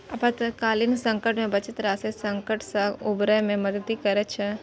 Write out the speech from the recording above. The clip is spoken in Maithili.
आपातकालीन संकट मे बचत राशि संकट सं उबरै मे मदति करै छै